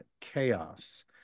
chaos